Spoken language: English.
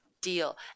deal